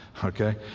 okay